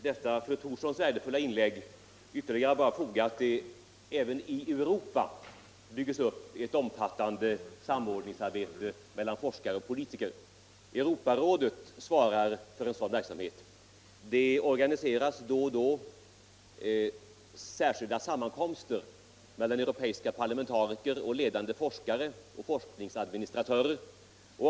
Herr talman! Får jag till fru Thorssons värdefulla inlägg bara foga att det även i Europa byggs upp ett omfattande samordningsarbete mellan forskare och politiker. Europarådet svarar för en sådan verksamhet. Inom ramen för denna organiseras då och då särskilda sammankomster mellan europeiska parlamentariker och ledande forskare och forskningsadministratörer.